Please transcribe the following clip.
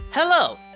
Hello